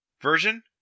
version